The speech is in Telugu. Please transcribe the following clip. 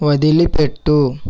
వదిలిపెట్టు